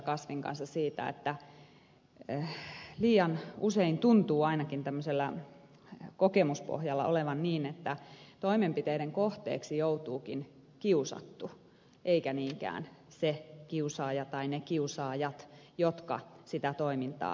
kasvin kanssa siitä että liian usein tuntuu ainakin tämmöisellä kokemuspohjalla olevan niin että toimenpiteiden kohteeksi joutuukin kiusattu eikä niinkään se kiusaaja tai ne kiusaajat jotka sitä toimintaa organisoivat